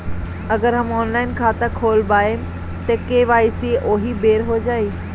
अगर हम ऑनलाइन खाता खोलबायेम त के.वाइ.सी ओहि बेर हो जाई